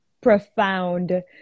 profound